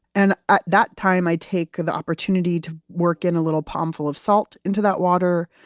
and at that time, i take the opportunity to work in a little palm-full of salt into that water,